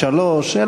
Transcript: שלוש שנים,